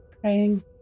Praying